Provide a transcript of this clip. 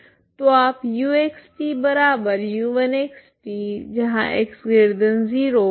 तो आप u x tu1 x t x0 पर चाहते हैं